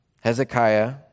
Hezekiah